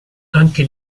anche